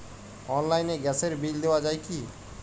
অনলাইনে গ্যাসের বিল দেওয়া যায় কি?